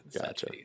gotcha